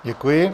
Děkuji.